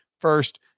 first